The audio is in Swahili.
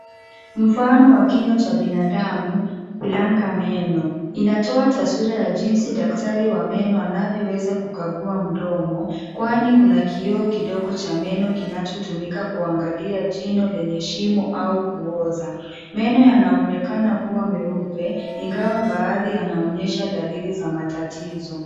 Mfano wa kinywa cha binadamu hulenga meno. Inatoa taswira ya jinsi daktari wa meno anavyoweza kukagua mdomo; kwani kuna kioo kidogo cha meno kinachotumika kuangalia jino lenye shimo au kuoza. Meno yanaonekana kuwa meupe ingawa baadhi yanaonyesha dalili za matatizo.